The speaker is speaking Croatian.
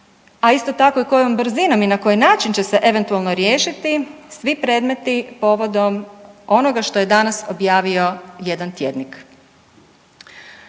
a isto tako i kojom brzinom i na koji način će se eventualno riješiti svi predmeti povodom onoga što je danas objavio jedan tjednik.